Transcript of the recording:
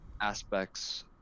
aspects